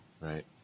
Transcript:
right